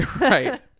Right